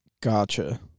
Gotcha